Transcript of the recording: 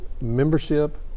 membership